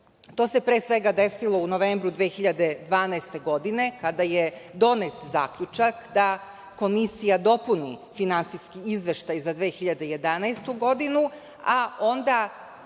To se pre svega desilo u novembru 2012. godine kada je donet zaključak da komisija dopuni Finansijski izveštaj za 2011. godinu, a onda